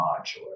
modular